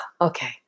okay